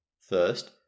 First